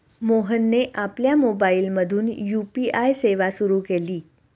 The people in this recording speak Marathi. मोहनने आपल्या मोबाइलमधून यू.पी.आय सेवा सुरू केली